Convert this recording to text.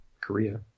Korea